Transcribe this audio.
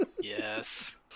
Yes